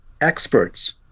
experts